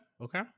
Okay